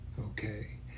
Okay